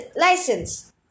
license